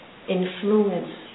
influence